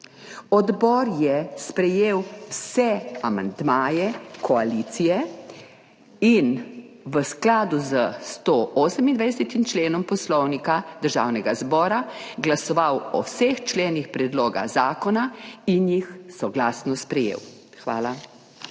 Odbor je sprejel vse amandmaje koalicije in v skladu s 128. členom Poslovnika Državnega zbora glasoval o vseh členih predloga zakona in jih soglasno sprejel. Hvala.